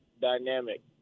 dynamic